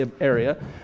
area